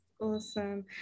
Awesome